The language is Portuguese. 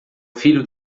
filho